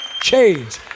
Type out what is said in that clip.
change